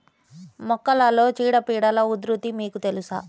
మొక్కలలో చీడపీడల ఉధృతి మీకు తెలుసా?